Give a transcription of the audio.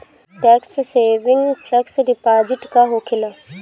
Tax saving fix deposit का होखे ला?